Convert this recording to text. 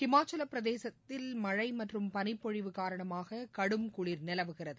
இமாச்சலப்பிரதேசத்தில் மழை மற்றும் பனிப்பொழிவு காரணமாக கடும் குளிர் நிலவுகிறது